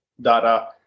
Data